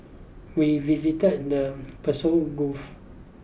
we visited the Persian goof